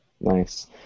Nice